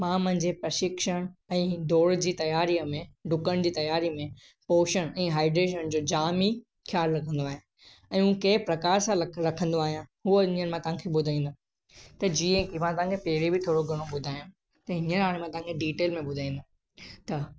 मां मुहिंजे प्रशिक्षण ऐं दौड़ जी तयारीअ में ॾुकण जी तयारी में पोषण ऐं हाइड्रेशन जो जाम ई ख्यालु रखंदो आ ऐं उनके प्रकार सां लक रखंदो आहिंयां उअ ॾींहनि मां तव्हांखे ॿुधाईंदमि त जीअं मां तव्हांखे पहिरीं बि थोरो घणो ॿुधाया त हीअंर हाणे मां तव्हांखे डिटेल में ॿुधाईंदमि त